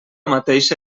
mateixa